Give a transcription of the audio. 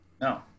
no